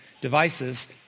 devices